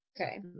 okay